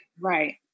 Right